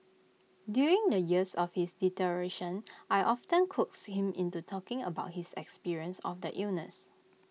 during the years of his deterioration I often coaxed him into talking about his experience of the illness